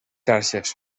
xarxes